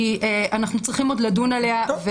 אנחנו צריכים עוד לדון עליה.